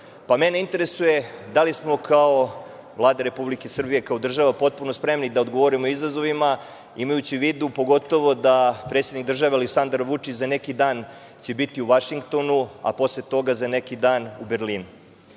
pa me interesuje da li smo kao Vlada Republike Srbije, kao država potpuno spremni da odgovorimo izazovima, imajući u vidu, pogotovo da predsednik države Aleksandar Vučić za neki dan će biti u Vašingtonu, a posle toga za neki dan u Berlinu?I,